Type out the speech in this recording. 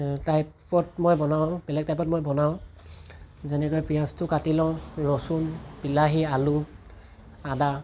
টাইপত মই বনাওঁ বেলেগ টাইপত মই বনাওঁ যেনেকৈ পিঁয়াজটো কাটি লওঁ ৰচুন বিলাহী আলু আদা